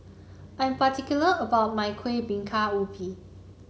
I'm particular about my Kueh Bingka Ubi